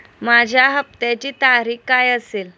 माझ्या हप्त्याची तारीख काय असेल?